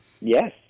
Yes